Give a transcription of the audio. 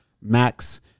Max